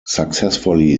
successfully